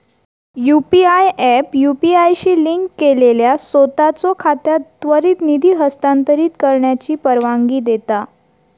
UPI app UPI शी link केलेल्या सोताचो खात्यात त्वरित निधी हस्तांतरित करण्याची परवानगी देता